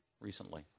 recently